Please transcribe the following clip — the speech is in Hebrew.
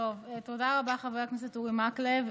תודה רבה, חבר הכנסת אורי מקלב.